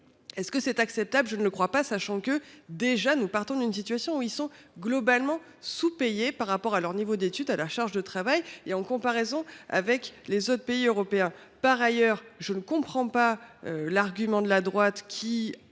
Est ce acceptable ? Je ne le crois pas, sachant que nous partions d’une situation où ils étaient déjà globalement sous payés par rapport à leur niveau d’étude et à leur charge de travail et en comparaison avec les autres pays européens. Par ailleurs, je ne comprends pas l’argument de la droite :